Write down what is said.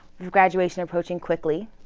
with graduation approaching quickly,